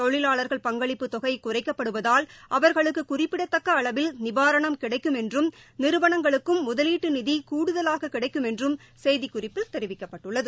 தொழிலாளர்கள் பங்களிப்பு தொகை குறைக்கப்படுவதால் அவர்களுக்கு குறிப்பிடத்தக்க அளவில் நிவாரணம் கிடைக்கும் என்றும் நிறுவனங்களுக்கும் முதலீட்டு நிதி கூடுதலாக கிடைக்கும் என்றும் செய்திக்குறிப்பில் தெரிவிக்கப்பட்டுள்ளது